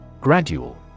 Gradual